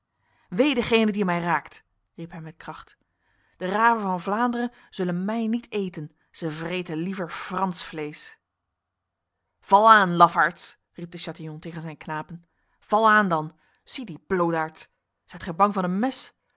wee degene die mij raakt riep hij met kracht de raven van vlaanderen zullen mij niet eten zij vreten liever frans vlees val aan lafaards riep de chatillon tegen zijn knapen val aan dan zie die bloodaards zijt gij bang van een mes